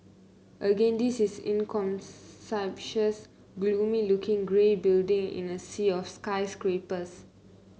again this is an inconspicuous gloomy looking grey building in a sea of skyscrapers